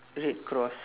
red cross